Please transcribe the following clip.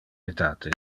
etate